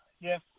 yes